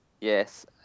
Yes